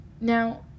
Now